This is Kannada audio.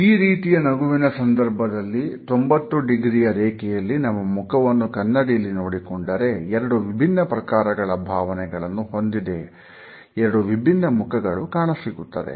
ಈ ರೀತಿಯ ನಗುವಿನ ಸಂದರ್ಭದಲ್ಲಿ 90 ಡಿಗ್ರಿಯ ರೇಖೆಯಲ್ಲಿ ನಮ್ಮ ಮುಖವನ್ನು ಕನ್ನಡಿಲಿ ನೋಡಿಕೊಂಡರೆ ಎರಡು ವಿಭಿನ್ನ ಪ್ರಕಾರಗಳ ಭಾವನೆಗಳನ್ನು ಹೊಂದಿದೆ ಎರಡು ಭಿನ್ನ ಮುಖಗಳು ಕಾಣಸಿಗುತ್ತದೆ